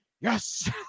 yes